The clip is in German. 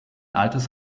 altes